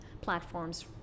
platforms